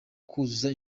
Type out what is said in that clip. kuzuza